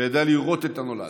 וידע לראות את הנולד.